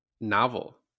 novel